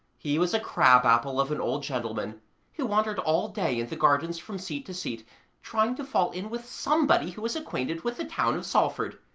he was a crab-apple of an old gentleman who wandered all day in the gardens from seat to seat trying to fall in with somebody who was acquainted with the town of salford,